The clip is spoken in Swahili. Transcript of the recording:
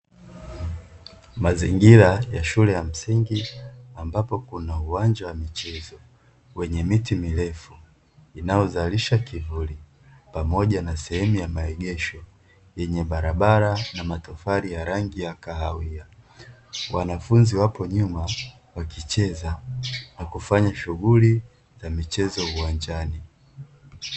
Mazingira ya shule ya msingi, ambapo kuna uwanja wa michezo wenye miti mirefu inayozalisha kivuli pamoja na sehemu ya maegesho yenye barabara na matofali ya rangi ya kahawia. Wanafunzi wapo nyuma wakicheza na kufanya shughuli za michezo uwanjani.